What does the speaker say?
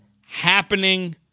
happening